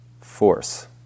force